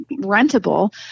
rentable